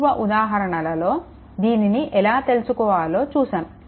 పూర్వ ఉదాహరణలలో దీనిని ఎలా తెలుసుకోవాలో చూసాము